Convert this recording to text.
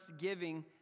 giving